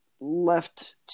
left